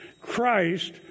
Christ